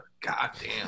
Goddamn